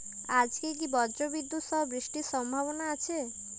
আজকে কি ব্রর্জবিদুৎ সহ বৃষ্টির সম্ভাবনা আছে?